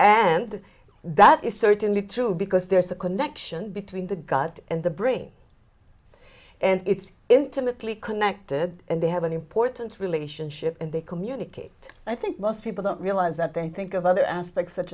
and that is certainly true because there is a connection between the gut and the bring and it's intimately connected and they have an important relationship and they communicate i think most people don't realize that they think of other aspects such